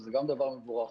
וזה דבר מבורך,